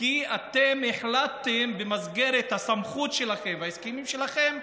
כי אתם החלטתם, במסגרת הסמכות שלכם וההסכמים שלכם,